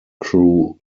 crew